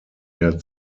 der